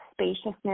spaciousness